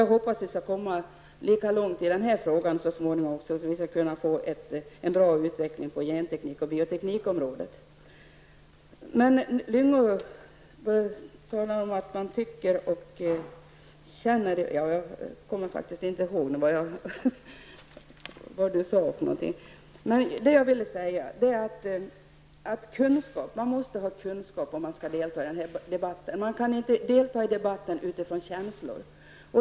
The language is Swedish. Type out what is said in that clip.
Jag hoppas att vi så småningom skall komma lika långt i den här frågan, så att vi kan få en bra utveckling på genteknik och bioteknikområdet. Man måste ha kunskap om man skall delta i den här debatten. Man kan inte delta i debatten utifrån känslor.